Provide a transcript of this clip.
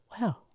wow